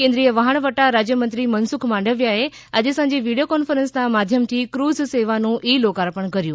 કેન્દ્રીય વહાણવટા રાજ્યમંત્રી મનસુખ માંડવિયાએ આજે સાંજે વિડિયો કોન્ફરન્સના માધ્યમથી ક્રૂઝ સેવાનું ઇ લોકાર્પણ કર્યું